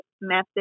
method